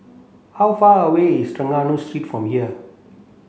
how far away is Trengganu Street from here